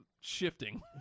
shifting